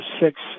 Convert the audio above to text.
six